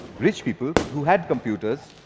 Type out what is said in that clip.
rich people, who had computers,